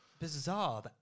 bizarre